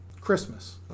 Christmas